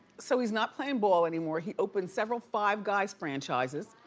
so he's not playing ball anymore. he opened several five guys franchises.